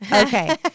Okay